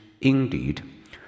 indeed